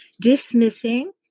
dismissing